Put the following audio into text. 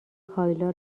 کایلا